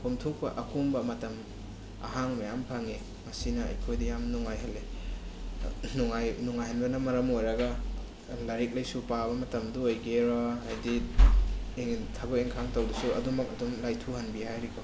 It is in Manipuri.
ꯀꯣꯝꯊꯣꯛꯄ ꯑꯀꯣꯝꯕ ꯃꯇꯝ ꯑꯍꯥꯡꯕ ꯃꯌꯥꯝ ꯐꯪꯉꯦ ꯃꯁꯤꯅ ꯑꯩꯈꯣꯏꯗ ꯌꯥꯝ ꯅꯨꯡꯉꯥꯏꯍꯜꯂꯦ ꯅꯨꯡꯉꯥꯏꯍꯟꯕꯅ ꯃꯔꯝ ꯑꯣꯏꯔꯒ ꯂꯥꯏꯔꯤꯛ ꯂꯥꯏꯁꯨ ꯄꯥꯕ ꯃꯇꯝꯗ ꯑꯣꯏꯒꯦꯔꯥ ꯍꯥꯏꯗꯤ ꯊꯕꯛ ꯏꯪꯈꯥꯡ ꯇꯧꯕꯗꯁꯨ ꯑꯗꯨꯃꯛ ꯑꯗꯨꯝ ꯂꯥꯏꯊꯣꯛꯍꯟꯕꯤ ꯍꯥꯏꯔꯤꯀꯣ